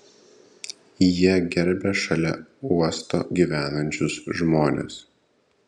jie gerbia šalia uosto gyvenančius žmones